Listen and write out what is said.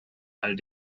all